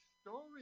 story